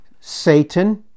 Satan